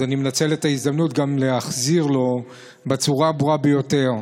אז אני מנצל את ההזדמנות גם להחזיר לו בצורה הברורה ביותר.